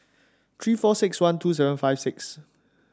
three four six one two seven five six